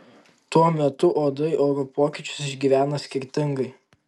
tuo metu uodai orų pokyčius išgyvena skirtingai